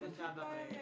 זו הודאה באשמה.